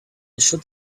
should